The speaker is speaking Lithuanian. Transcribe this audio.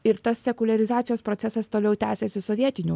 ir tas sekuliarizacijos procesas toliau tęsiasi sovietiniu